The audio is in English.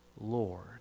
Lord